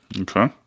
Okay